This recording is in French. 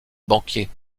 banquier